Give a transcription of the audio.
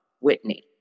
Whitney